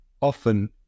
often